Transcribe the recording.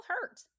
hurt